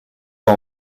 pas